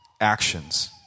Actions